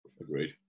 Agreed